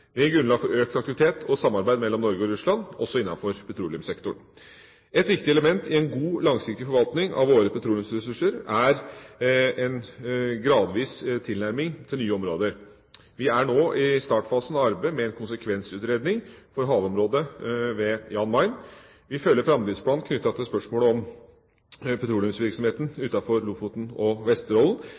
grunnlag for økt aktivitet og samarbeid mellom Norge og Russland også innenfor petroleumssektoren. Et viktig element i en god, langsiktig forvaltning av våre petroleumsressurser er en gradvis tilnærming til nye områder. Vi er nå i startfasen av arbeidet med en konsekvensutredning for havområdet ved Jan Mayen. Vi følger framdriftsplanen knyttet til spørsmålet om petroleumsvirksomheten utenfor Lofoten og Vesterålen.